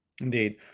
Indeed